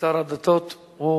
שר הדתות,